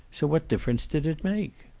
so what difference did it make?